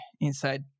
inside